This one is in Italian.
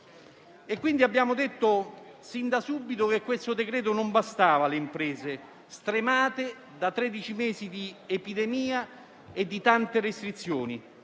Abbiamo detto fin da subito che questo decreto non bastava alle imprese, stremate da tredici mesi di epidemia e da tante restrizioni.